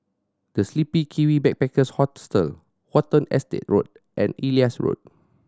The Sleepy Kiwi Backpackers Hostel Watten Estate Road and Elias Road